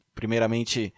primeiramente